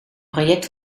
project